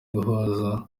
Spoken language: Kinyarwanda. guhuza